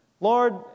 Lord